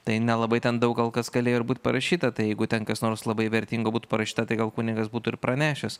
tai nelabai ten daug gal kas galėjo ir būt parašyta tai jeigu ten kas nors labai vertingo būtų parašyta tai gal kunigas būtų ir pranešęs